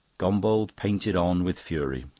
gombauld painted on with fury.